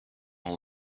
all